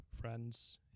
friends